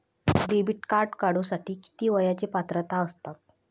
Debit card काढूसाठी किती वयाची पात्रता असतात?